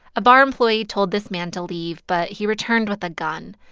a bar employee told this man to leave, but he returned with a gun.